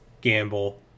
gamble